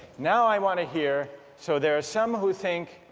now i want to hear so there's some who think